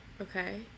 Okay